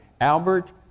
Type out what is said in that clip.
Albert